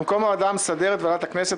במקום "הוועדה המסדרת וועדת הכנסת